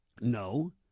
No